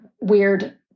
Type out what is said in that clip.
weird